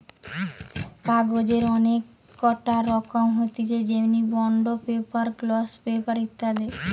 কাগজের অনেক কটা রকম হতিছে যেমনি বন্ড পেপার, গ্লস পেপার ইত্যাদি